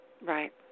Right